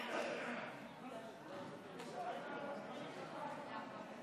להעביר אותה כמה שיותר מהר.